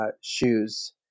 shoes